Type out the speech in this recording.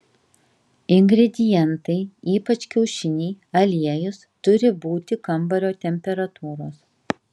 ingredientai ypač kiaušiniai aliejus turi būti kambario temperatūros